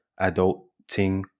adulting